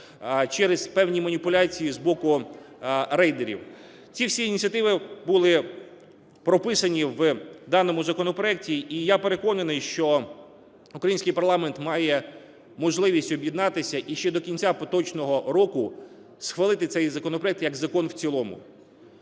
через певні маніпуляції з боку рейдерів. Ці всі ініціативи були прописані в даному законопроекті і я переконаний, що український парламент має можливість об'єднатися і ще до кінця поточного року схвалити цей законопроект як закон в цілому.